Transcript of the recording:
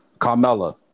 Carmella